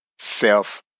self